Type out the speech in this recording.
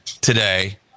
today